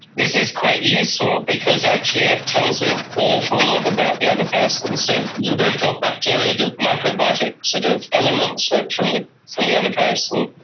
this is quite useful because ah it tells an awful lot about the other person. so, you've both got bacteria, the micro biotic sort of elements ah from the from the other person,